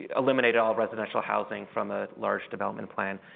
eliminated all residential housing from a large development plan